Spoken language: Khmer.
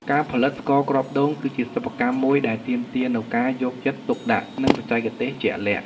ការផលិតស្ករគ្រាប់ដូង គឺជាសិប្បកម្មមួយដែលទាមទារនូវការយកចិត្តទុកដាក់ និងបច្ចេកទេសជាក់លាក់។